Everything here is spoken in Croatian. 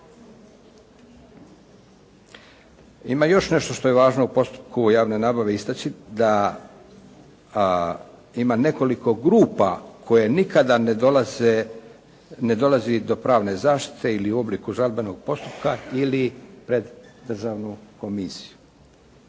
Ima još nešto što je važno u postupku javne nabave istaći da ima nekoliko grupa koje nikada ne dolaze, ne dolazi do pravne zaštite ili u obliku žalbenog postupka ili pred državnu komisiju.